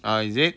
ah is it